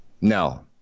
No